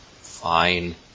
fine